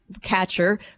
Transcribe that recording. catcher